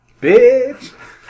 Bitch